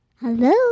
Hello